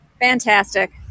Fantastic